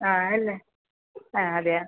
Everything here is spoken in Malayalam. ആ അല്ലേ ആ അതെയാ